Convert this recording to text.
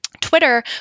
Twitter